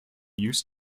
used